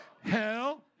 hell